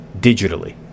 digitally